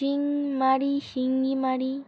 Chingmari Singimari